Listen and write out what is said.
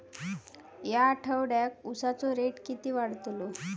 या आठवड्याक उसाचो रेट किती वाढतलो?